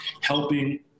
helping